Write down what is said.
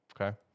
okay